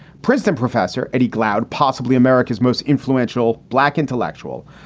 princeton professor epicloud, possibly america's most influential black intellectual,